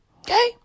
Okay